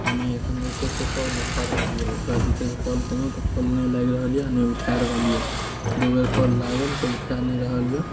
आ नहि अखन जे छै से कॉल उठा रहल यऽ ओकरा जे छै से कॉल केलहुॅं तऽ कॉल नहि लागि रहल यऽ नहि उठा रहल यऽ दू बेर कॉल लागल तऽ उठा नहि रहल यऽ